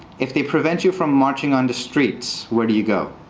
if they prevent you from marching on the streets, where do you go?